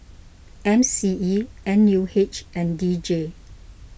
M C E N U H and D J